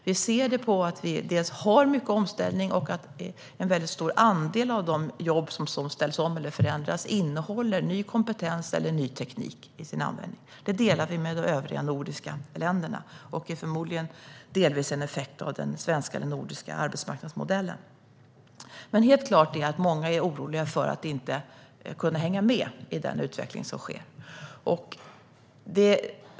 Vi ser det på att vi har mycket omställning och att en stor andel av de jobb som ställs om eller förändras innehåller ny kompetens eller ny teknik i sin användning. Det delar vi med de övriga nordiska länderna, och det är förmodligen en effekt av den svenska eller nordiska arbetsmarknadsmodellen. Det är dock helt klart att många är oroliga över att inte kunna hänga med i den utveckling som sker.